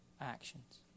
actions